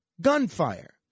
gunfire